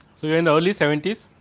so and early seventy s.